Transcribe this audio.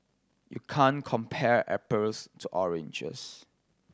you can't compare to oranges